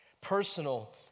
Personal